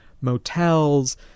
motels